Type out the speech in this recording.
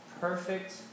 perfect